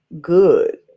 good